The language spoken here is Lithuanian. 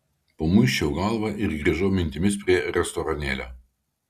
pamuisčiau galvą ir grįžau mintimis prie restoranėlio